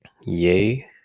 yay